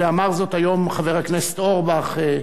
ואמר זאת היום חבר הכנסת אורבך,